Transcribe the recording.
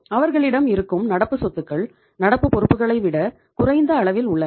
அவர்களிடம் இருக்கும் நடப்பு சொத்துக்கள் நடப்பு பொறுப்புகளை விட குறைந்த அளவில் உள்ளன